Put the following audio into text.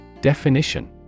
Definition